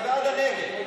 אני בעד הנגד.